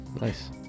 Nice